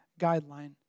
guideline